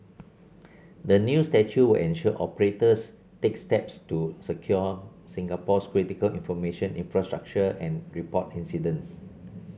the new statute ensure operators take steps to secure Singapore's critical information infrastructure and report incidents